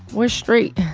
we're straight.